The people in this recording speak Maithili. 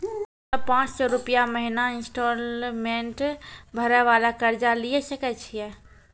हम्मय पांच सौ रुपिया महीना इंस्टॉलमेंट भरे वाला कर्जा लिये सकय छियै?